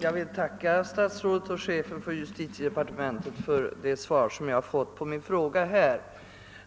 Jag tackar statsrådet och chefen för justitiedepartementet för det svar jag här fått på min enkla fråga.